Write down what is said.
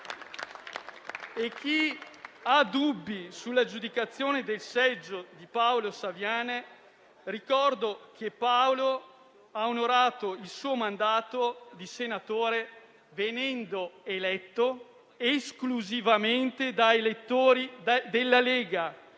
A chi ha dubbi sull'aggiudicazione del seggio di Paolo Saviane ricordo che Paolo ha onorato il suo mandato di senatore venendo eletto esclusivamente da elettori della Lega.